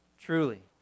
Truly